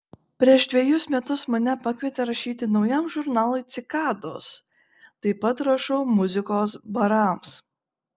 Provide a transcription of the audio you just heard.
prieš dvejus metus mane pakvietė rašyti naujam žurnalui cikados taip pat rašau muzikos barams